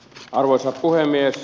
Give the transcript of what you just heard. arvoisa puhemies